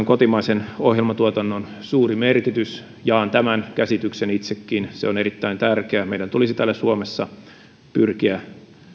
kotimaisen ohjelmatuotannon suuri merkitys jaan tämän käsityksen itsekin se on erittäin tärkeä meidän tulisi täällä suomessa pyrkiä